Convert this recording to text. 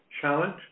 challenge